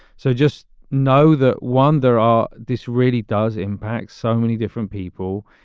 so just know that one there are this really does impact so many different people.